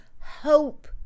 hope